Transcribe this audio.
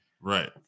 Right